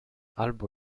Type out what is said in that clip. albo